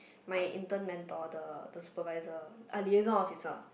my intern mentor the supervisor our liaison officer